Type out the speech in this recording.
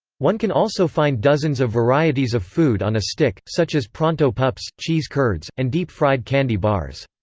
one can also find dozens of varieties of food on a stick, such as pronto pups, cheese curds, and deep-fried candy bars.